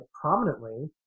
prominently